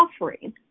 offering